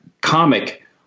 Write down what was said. comic